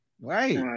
Right